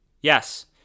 Yes